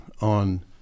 on